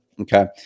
okay